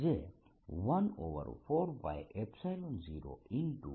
જે 140p r